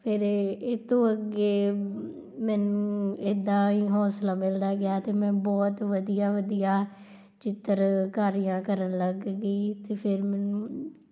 ਫਿਰ ਏਹ ਇਹ ਤੋਂ ਅੱਗੇ ਮੈਨੂੰ ਇੱਦਾਂ ਹੀ ਹੋਂਸਲਾ ਮਿਲਦਾ ਗਿਆ ਅਤੇ ਮੈਂ ਬਹੁਤ ਵਧੀਆ ਵਧੀਆ ਚਿੱਤਰਕਾਰੀਆਂ ਕਰਨ ਲੱਗ ਗਈ ਅਤੇ ਫਿਰ ਮੈਨੂੰ